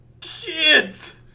Kids